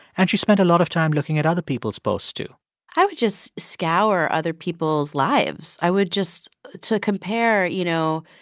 and she spent a lot of time looking at other people's posts, too i would just scour other people's lives. i would just to compare, you know,